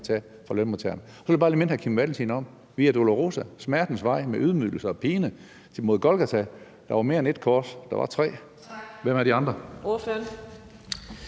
fra lønmodtagerne. Så vil jeg bare lige minde hr. Kim Valentin om Via Dolorosa – smertens vej med ydmygelser og pine mod Golgata. Der var mere end ét kors, der var tre. Hvem er de andre?